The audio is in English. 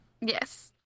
Yes